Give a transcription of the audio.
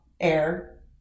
air